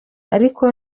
ariko